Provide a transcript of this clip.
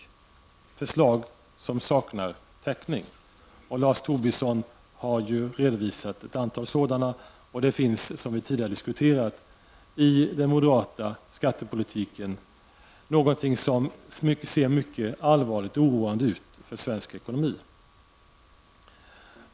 Det är förslag som saknar täckning. Lars Tobisson har redovisat ett antal sådana förslag och det finns, vilket vi tidigare har diskuterat, i den moderata skattepolitiken någonting som ser mycket allvarligt och oroande ut för svensk ekonomi.